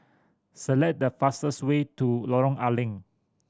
select the fastest way to Lorong Ar Leng